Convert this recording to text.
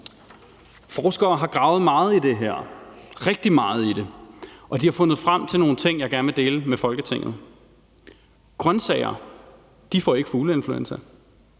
Forskere har gravet rigtig meget i det her, og de har fundet frem til nogle ting, som jeg gerne vil dele med Folketinget. Grønsager får ikke fugleinfluenza,